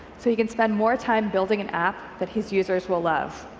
so he can spend more time building an app that his users will love.